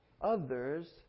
others